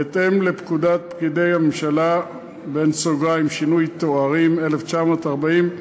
בהתאם לפקודת פקידי הממשלה (שינוי תארים), 1940,